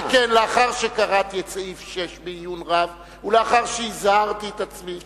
שכן לאחר שקראתי את סעיף 6 בעיון רב ולאחר שהזהרתי את עצמי,